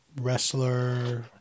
wrestler